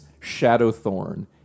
Shadowthorn